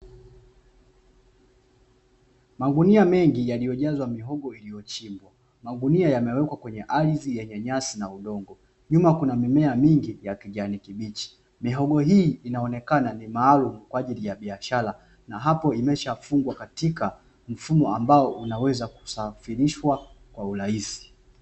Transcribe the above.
Magunia mengi yaliyojazwa mihogo iloyochimbwa, magunia yamewekwa kwenye ardhi yenye nyasi na udongo nyuma kuna mimea mingi ya kijani kibichi, mihogo hii inaonekana ni maalumu kwajili ya biashara na hapo imeshafungwa katika mfumo ambao inaweza kusafirishwa kwa urahisi.